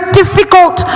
difficult